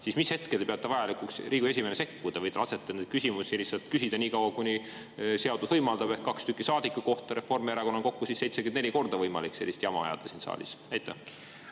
siis mis hetkel te peate vajalikuks Riigikogu esimehena sekkuda? Või te lasete neid küsimusi küsida nii kaua, kuni seadus võimaldab, ehk kaks tükki saadiku kohta? Reformierakonnal on siis kokku 74 korda võimalik sellist jama ajada siin saalis. Austatud